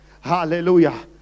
Hallelujah